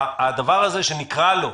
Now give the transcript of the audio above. הדבר הזה שנקרא לו